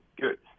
good